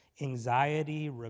Anxiety